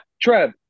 Trev